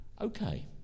Okay